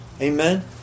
Amen